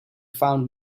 found